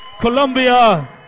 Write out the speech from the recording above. Colombia